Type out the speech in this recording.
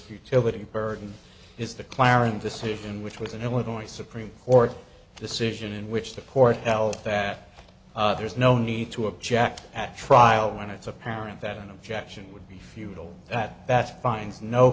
futility burden is the clarence decision which was an illinois supreme court decision in which the court held that there is no need to object at trial when it's apparent that an objection would be futile that that finds no